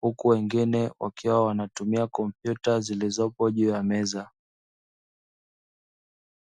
huku wengine wakiwa wanatumia kompyuta zilizopo juu ya meza.